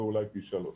ואולי פי שלוש.